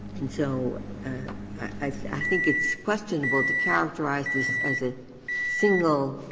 and so i think it's questionable to characterize this as a single